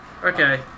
Okay